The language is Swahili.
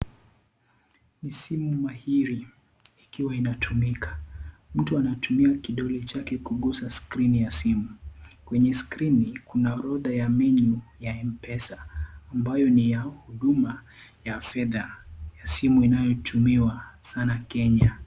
Ni simu mahiri ikiwa inatumika mtu anatumia kidole chake kugusa skrini ya simu, kwenye skrini kuna orodha ya menu ya mpesa ambayo ni ya huduma ya fedha simu inayotumiwa sana Kenya.